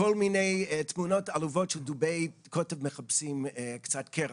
כל מיני תמונות עלובות של דובי קוטב מחפשים קצת קרח,